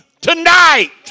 tonight